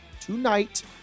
tonight